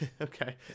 okay